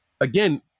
again